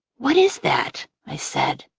what is that? i said.